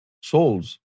souls